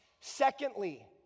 Secondly